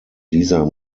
dieser